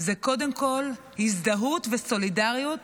קודם כול הזדהות וסולידריות